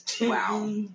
Wow